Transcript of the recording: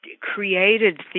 created